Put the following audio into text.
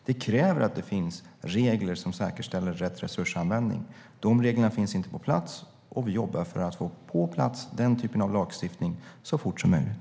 Det kräver att det finns regler som säkerställer rätt resursanvändning. De reglerna finns inte på plats, och vi jobbar för att få den typen av lagstiftning på plats så fort som möjligt.